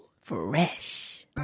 Fresh